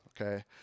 Okay